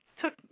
took